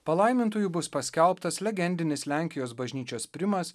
palaimintuoju bus paskelbtas legendinis lenkijos bažnyčios primas